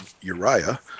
Uriah